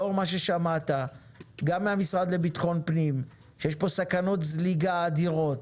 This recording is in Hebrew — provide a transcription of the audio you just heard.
לאור מה ששמעת גם מהמשרד לביטחון פנים - שיש פה סכנות זליגה אדירות,